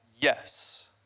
Yes